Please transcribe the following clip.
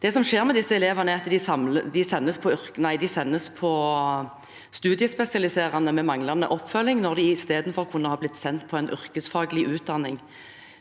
Det som skjer med disse elevene, er at de sendes på studiespesialiserende med manglende oppfølging, når de i stedet kunne blitt sendt på en yrkesfaglig utdanning.